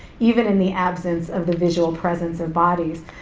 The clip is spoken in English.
even in the absence of the visual presence of bodies.